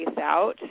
out